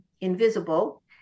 invisible